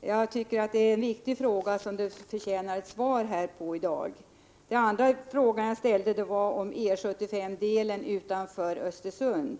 Det är en viktig fråga som förtjänar ett svar i dag. En annan fråga jag ställde var den om E 75 utanför Östersund.